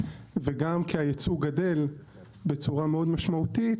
וגם כי הייצוא גדל בצורה מאוד משמעותית,